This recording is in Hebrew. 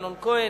אמנון כהן,